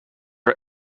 are